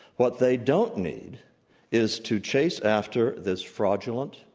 what they don't need is to chase after this fraudulent,